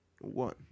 One